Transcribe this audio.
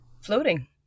floating